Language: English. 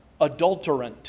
adulterant